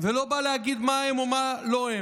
ולא בא להגיד מה הם ומה הם לא.